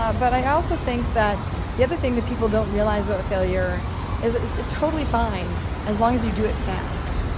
ah but i also think that the other thing that people don't realize about failure is that it's totally fine as long as you do it fast.